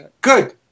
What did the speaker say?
Good